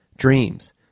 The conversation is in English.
Dreams